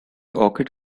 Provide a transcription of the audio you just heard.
orchid